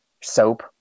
soap